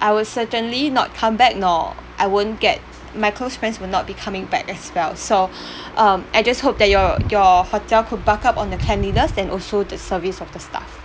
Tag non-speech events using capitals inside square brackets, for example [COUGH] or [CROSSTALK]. I will certainly not come back nor I won't get my close friends will not be coming back as well so [BREATH] um I just hope that your your hotel could buck up on the cleanliness and also the service of the staff